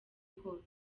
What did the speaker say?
kose